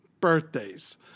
birthdays